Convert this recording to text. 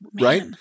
Right